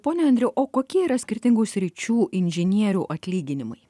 pone andriau o kokie yra skirtingų sričių inžinierių atlyginimai